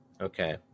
Okay